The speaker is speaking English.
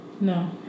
No